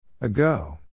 Ago